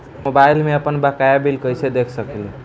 Mobile में आपनबकाया bill कहाँसे देख सकिले?